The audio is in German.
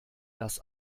das